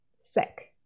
sick